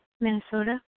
Minnesota